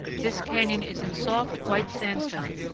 this canyon is in soft, white sandstone,